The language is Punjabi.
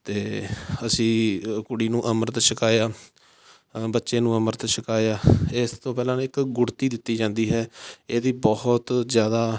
ਅਤੇ ਅਸੀਂ ਕੁੜੀ ਨੂੰ ਅੰਮ੍ਰਿਤ ਛਕਾਇਆ ਬੱਚੇ ਨੂੰ ਅੰਮ੍ਰਿਤ ਛਕਾਇਆ ਇਸ ਤੋਂ ਪਹਿਲਾਂ ਇੱਕ ਗੁੜ੍ਹਤੀ ਦਿੱਤੀ ਜਾਂਦੀ ਹੈ ਇਹ ਦੀ ਬਹੁਤ ਜ਼ਿਆਦਾ